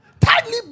Tightly